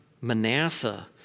Manasseh